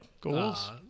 goals